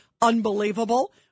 unbelievable